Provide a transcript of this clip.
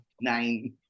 nine